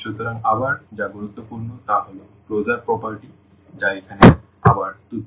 সুতরাং আবার যা গুরুত্বপূর্ণ তা হল ক্লোজার প্রপার্টিগুলি যা এখানে আবার তুচ্ছ